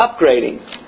upgrading